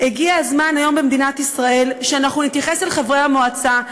הגיע הזמן היום במדינת ישראל שאנחנו נתייחס אל חברי המועצה,